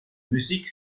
musique